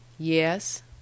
Yes